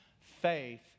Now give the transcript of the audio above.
Faith